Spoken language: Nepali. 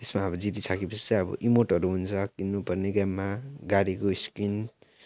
त्यसमा अब जितिसके पछि चाहिँ अब इमोर्टहरू हुन्छ किन्नु पर्ने गेममा गाडीको स्किन